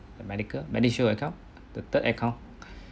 the medical MediShield account the third account